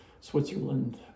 Switzerland